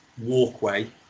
walkway